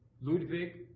Ludwig